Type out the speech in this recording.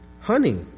honey